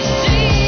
see